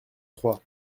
trois